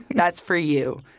that's for you.